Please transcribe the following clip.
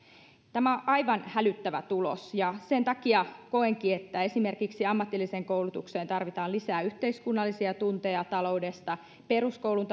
tämä on aivan hälyttävä tulos ja sen takia koenkin että esimerkiksi ammatilliseen koulutukseen tarvitaan lisää yhteiskunnallisia tunteja taloudesta peruskouluun